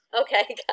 Okay